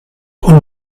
und